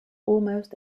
almost